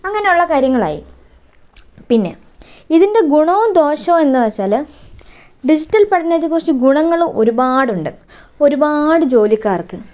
അങ്ങനെയുള്ള കാര്യങ്ങളായി പിന്നെ ഇതിന്റെ ഗുണവും ദോഷവും എന്നുവച്ചാല് ഡിജിറ്റൽ പഠനത്തെക്കുറിച്ച് ഗുണങ്ങള് ഒരുപാടുണ്ട് ഒരുപാട് ജോലിക്കാർക്ക്